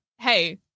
hey